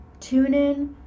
TuneIn